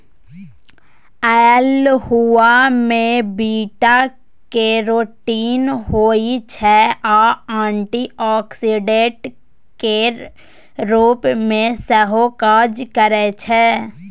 अल्हुआ मे beta carotene होइ छै आ एंटीआक्सीडेंट केर रुप मे सेहो काज करय छै